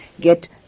get